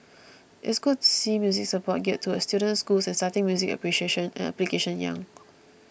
it's good to see music support geared towards students and schools and starting music appreciation and application young